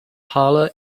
parlor